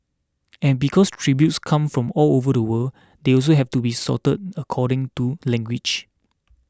and because tributes come from all over the world they also have to be sorted according to language